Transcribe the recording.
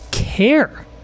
care